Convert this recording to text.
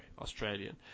Australian